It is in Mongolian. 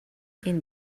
энэ